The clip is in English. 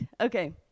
Okay